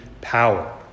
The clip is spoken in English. power